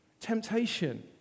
Temptation